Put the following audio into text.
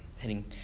Heading